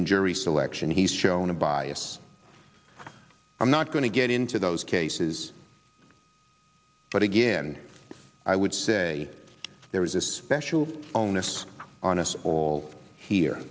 in jury selection he's shown a bias i'm not going to get into those cases but again i would say there is a special onus on us